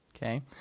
Okay